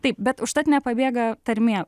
taip bet užtat nepabėga tarmė